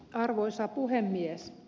arvoisa puhemies